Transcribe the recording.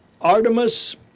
Artemis